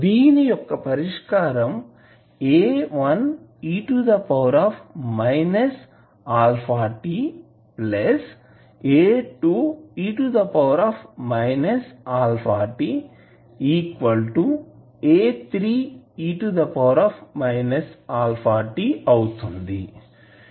దీని యొక్క పరిష్కారం